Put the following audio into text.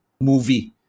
movie